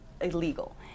illegal